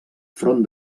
front